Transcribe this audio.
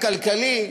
הכלכלי,